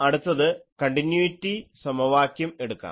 അടുത്തത് കണ്ടിന്യൂയിറ്റി സമവാക്യം എടുക്കാം